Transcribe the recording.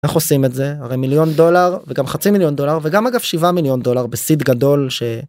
איך עושים את זה הרי מיליון דולר, וגם חצי מיליון דולר, וגם אגב 7 מיליון דולר, בסיד גדול.